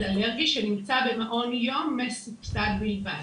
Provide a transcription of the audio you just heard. אלרגי שנמצא במעון יום מסובסד בלבד.